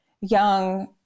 young